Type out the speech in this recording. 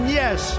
yes